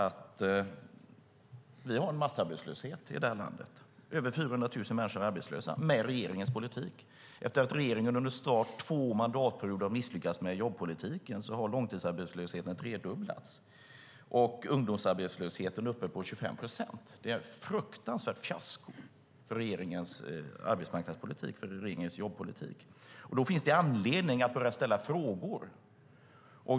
Vi har massarbetslöshet i landet. Över 400 000 människor är arbetslösa med regeringens politik. Efter att regeringen under snart två mandatperioder misslyckats med jobbpolitiken har långtidsarbetslösheten tredubblats, och ungdomsarbetslösheten är uppe på 25 procent. Det är ett fruktansvärt fiasko för regeringens arbetsmarknadspolitik och jobbpolitik. Då finns det anledning att börja ställa frågor.